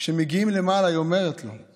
כשמגיעים למעלה היא אומרת לו: